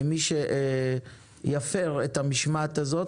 ומי שיפר את המשמעת הזאת,